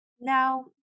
Now